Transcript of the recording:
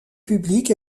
public